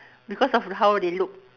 because of how they look